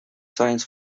science